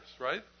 right